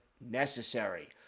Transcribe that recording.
necessary